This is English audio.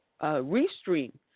Restream